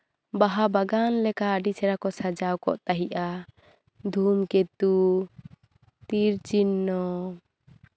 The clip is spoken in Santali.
ᱵᱟᱦᱟ ᱵᱟᱜᱟᱱ ᱞᱮᱠᱟ ᱟᱹᱰᱤ ᱪᱮᱨᱦᱟ ᱠᱚ ᱥᱟᱡᱟᱣ ᱠᱚᱜ ᱛᱟᱦᱮᱸᱜᱼᱟ ᱫᱷᱩᱢᱠᱮᱛᱩ ᱛᱤᱨ ᱪᱤᱱᱦᱟᱹ